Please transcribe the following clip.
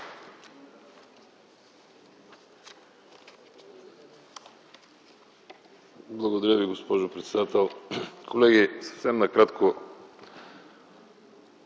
Благодаря Ви, госпожо председател. Колеги, съвсем накратко.